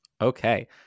Okay